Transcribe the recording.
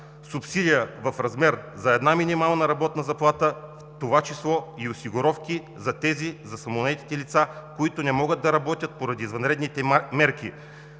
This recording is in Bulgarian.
субсидия в размер на една минимална работна заплата, в това число и осигуровки за самонаетите лица, които не могат да работят поради извънредните мерки.